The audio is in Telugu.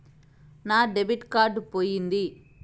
నా డెబిట్ కార్డు పోయింది